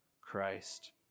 Christ